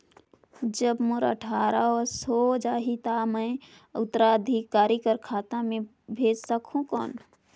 जब मोर अट्ठारह वर्ष हो जाहि ता मैं उत्तराधिकारी कर खाता मे भेज सकहुं कौन?